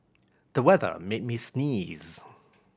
the weather made me sneeze